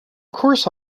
course